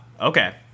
Okay